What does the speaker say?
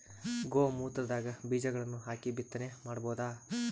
ಗೋ ಮೂತ್ರದಾಗ ಬೀಜಗಳನ್ನು ಹಾಕಿ ಬಿತ್ತನೆ ಮಾಡಬೋದ?